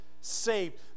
saved